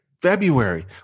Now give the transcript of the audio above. February